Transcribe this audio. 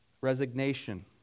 Resignation